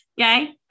Okay